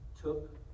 took